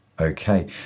okay